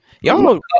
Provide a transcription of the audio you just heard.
y'all